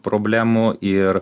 problemų ir